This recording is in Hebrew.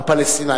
הפלסטינים.